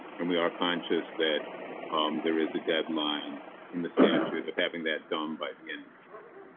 and we are conscious that there is a deadline in the statue of having that done by the end.